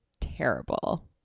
terrible